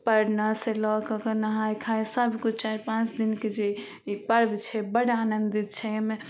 परनासे लऽ कऽ नहाइ खाइ सबकिछु चारि पाँच दिनके जे ई पर्व छै बड्ड आनन्द छै एहिमे